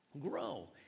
Grow